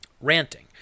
ranting